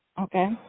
Okay